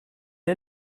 est